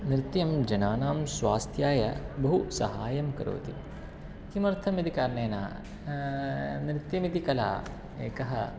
नृत्यं जनानां स्वास्थ्याय बहु सहाय्यं करोति किमर्थमिति कारणेन नृत्यमिति कला एकः